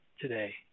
today